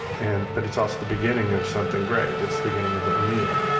and but it's also the beginning of something great, it's the beginning of a meal.